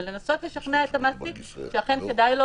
ולנסות לשכנע את המעסיק שאכן כדאי לו